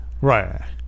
right